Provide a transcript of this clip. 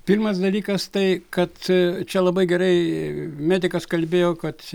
pirmas dalykas tai kad čia labai gerai medikas kalbėjo kad